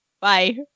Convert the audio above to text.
bye